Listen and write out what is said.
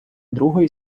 другої